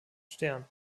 stern